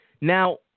Now